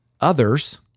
others